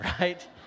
right